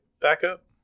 backup